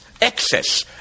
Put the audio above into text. excess